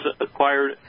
acquired